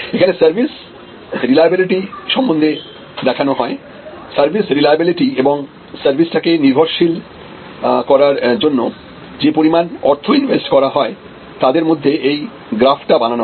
এখানে service reliability সম্বন্ধে দেখানো হয় সার্ভিস রেলিয়াবিলিটি এবং সার্ভিসটাকে নির্ভরশীল করার জন্য যে পরিমাণ অর্থ ইনভেস্ট করা হয় তাদের মধ্যে এই গ্রাফটা বানানো হয়